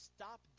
Stop